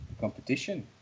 competition